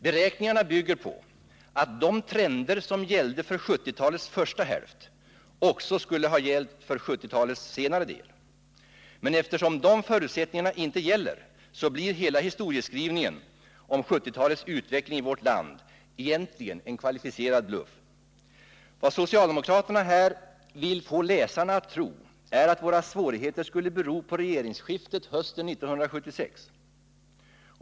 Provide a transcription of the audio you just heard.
Beräkningarna bygger på att de trender som gällde för 1970-talets första hälft också skulle ha gällt under 1970-talets senare del. Men eftersom dessa förutsättningar inte gäller blir hela historieskrivningen om 1970-talets utveckling i vårt land egentligen en kvalificerad bluff. Vad socialdemokraterna härvid vill få läsarna att tro är att våra svårigheter skulle bero på regeringsskiftet hösten 1976.